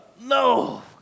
no